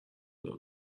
دار